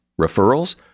Referrals